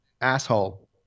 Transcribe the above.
asshole